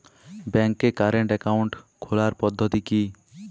ব্যাংকে current account খোলার পদ্ধতি কি?